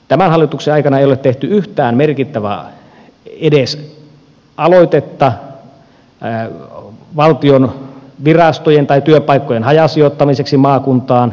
tämän hallituksen aikana ei ole tehty yhtään merkittävää edes aloitetta valtion virastojen tai työpaikkojen hajasijoittamiseksi maakuntaan